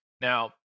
Now